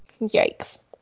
Yikes